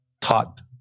taught